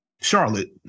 Charlotte